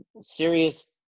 serious